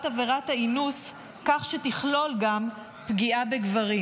עבירת האינוס כך שתכלול גם פגיעה בגברים.